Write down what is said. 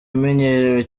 imenyerewe